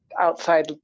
outside